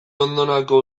ondonako